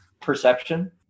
perception